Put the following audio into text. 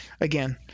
again